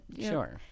Sure